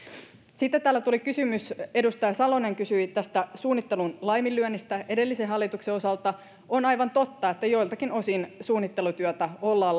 sitten täällä tuli kysymys edustaja salonen kysyi tästä suunnittelun laiminlyönnistä edellisen hallituksen osalta on aivan totta että joiltakin osin suunnittelutyötä ollaan